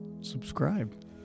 subscribe